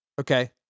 Okay